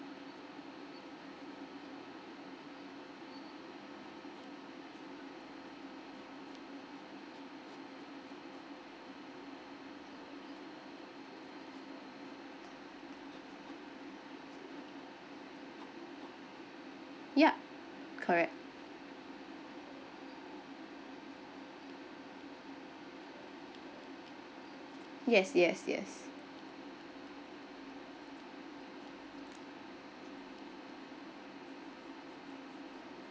yup correct yes yes yes